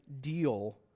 deal